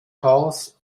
chaos